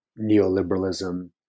neoliberalism